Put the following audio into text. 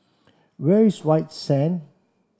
where is White Sand